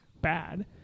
bad